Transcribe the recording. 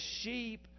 sheep